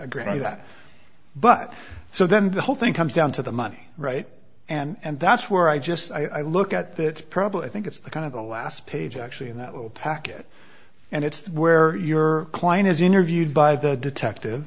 agree that but so then the whole thing comes down to the money right and that's where i just i look at that problem i think it's the kind of the last page actually in that little packet and it's where your client is interviewed by the detective